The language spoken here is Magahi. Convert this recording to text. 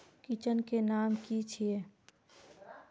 बिचन के नाम की छिये?